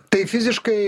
tai fiziškai